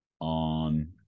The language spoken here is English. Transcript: on